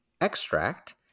extract